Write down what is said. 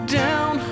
down